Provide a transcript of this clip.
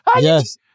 Yes